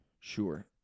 Sure